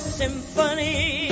symphony